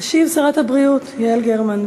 תשיב שרת הבריאות יעל גרמן.